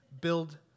build